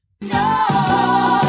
No